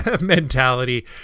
mentality